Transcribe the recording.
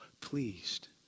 pleased